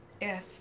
Yes